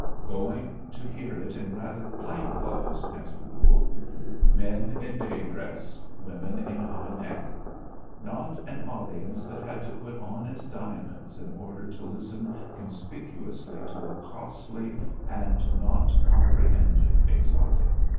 going to hear it in rather plain clothes, as a rule men in day dress, women in high-neck not an audience that had to put on its diamonds in order to listen conspicuously to a costly and not comprehended exotic.